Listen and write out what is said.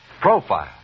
Profile